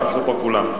לא הוכנסו פה כולם.